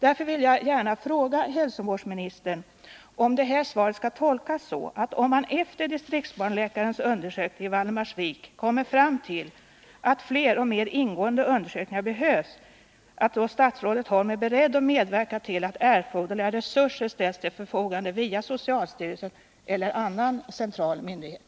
Därför vill jag gärna fråga hälsovårdsministern om svaret skall tolkas så, att om man efter distriktsbarnläkarens undersökning i Valdemarsvik kommer fram till att fler och mer ingående undersökningar behövs, då är hälsovårdsministern beredd att medverka till att erforderliga resurser ställs till förfogande via socialstyrelsen eller annan central myndighet.